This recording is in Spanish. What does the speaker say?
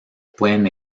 pueden